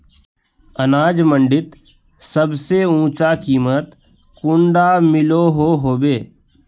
अनाज मंडीत सबसे ऊँचा कीमत कुंडा मिलोहो होबे?